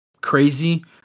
crazy